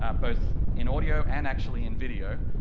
ah both in audio and actually in video,